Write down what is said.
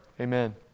amen